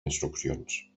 instruccions